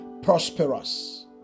prosperous